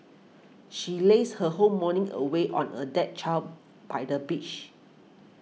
she lazed her whole morning away on a deck chair by the beach